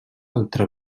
altre